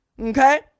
Okay